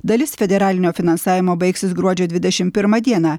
dalis federalinio finansavimo baigsis gruodžio dvidešim pirmą dieną